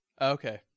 Okay